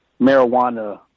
marijuana